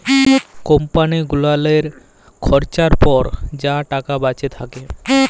কম্পালি গুলালের খরচার পর যা টাকা বাঁইচে থ্যাকে